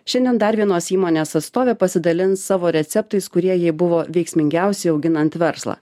šiandien dar vienos įmonės atstovė pasidalins savo receptais kurie jai buvo veiksmingiausi auginant verslą